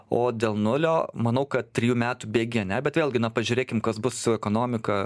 o dėl nulio manau kad trijų metų bėgyje ne bet vėlgi na pažiūrėkim kas bus su ekonomika